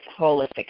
holistic